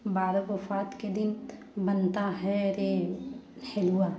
बारह को फात के दिन बनता है रे हलवा